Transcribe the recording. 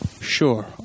sure